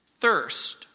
thirst